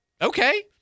Okay